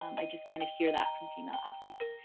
um i just kind of hear that from female athletes.